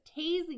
tasing